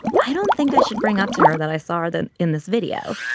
i don't think i should bring up to her that i saw that in this video,